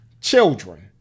children